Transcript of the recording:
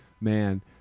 man